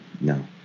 No